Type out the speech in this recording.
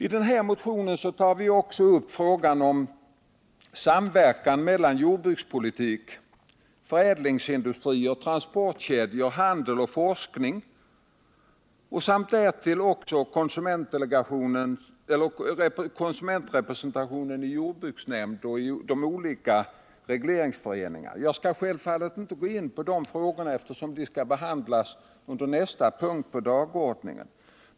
I den här motionen tar vi också upp frågan om samverkan mellan jordbrukspolitik, förädlingsindustrier, transportkedjor, handel och forskning samt därtill också frågan om konsumentrepresentationen i jordbruksnämnder och olika regleringsföreningar. Jag skall självfallet inte gå in på de frågorna, eftersom de skall behandlas under nästa punkt på dagordningen.